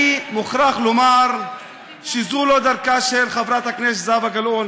אני מוכרח לומר שזו לא דרכה של חברת הכנסת זהבה גלאון.